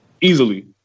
Easily